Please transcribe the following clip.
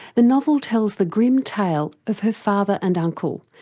the novel tells the grim tale of her father and uncle,